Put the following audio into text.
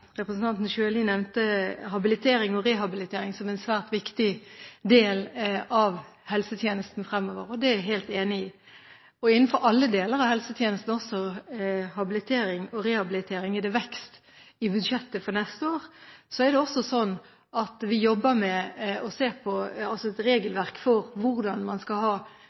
helt enig i. Innenfor alle deler av helsetjenesten, også habilitering og rehabilitering, er det vekst i budsjettet for neste år. Det er også sånn at vi jobber med å se på et regelverk for hvordan man skal ha